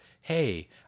hey